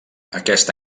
aquest